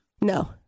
No